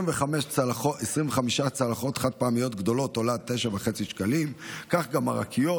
25 צלחות גדולות עולות 9.5 שקלים, כך גם מרקיות.